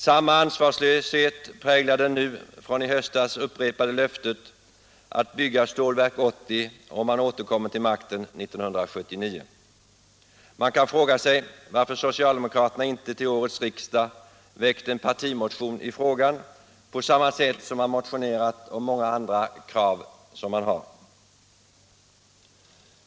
Samma ansvarslöshet präglar det från i höstas upprepade löftet att bygga Stålverk 80 om man återkom till makten 1979. Man kan fråga sig varför socialdemokraterna inte till årets riksdag väckt en partimotion i frågan på samma sätt som man motionerat om många andra krav som man har.